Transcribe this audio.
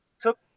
took